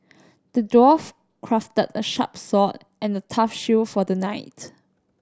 the dwarf crafted a sharp sword and a tough shield for the knight